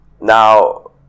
Now